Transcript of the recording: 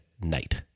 night